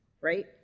right